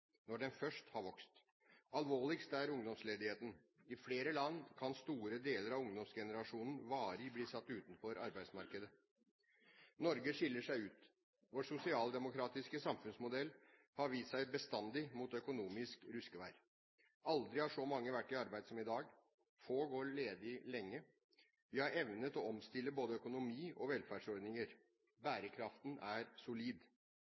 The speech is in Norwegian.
når den først har vokst. Alvorligst er ungdomsledigheten. I flere land kan store deler av ungdomsgenerasjonen varig bli satt utenfor arbeidsmarkedet. Norge skiller seg ut. Vår sosialdemokratiske samfunnsmodell har vist seg bestandig mot økonomisk ruskevær. Aldri har så mange vært i arbeid som i dag. Få går ledig lenge. Vi har evnet å omstille både økonomi og velferdsordninger. Bærekraften er solid.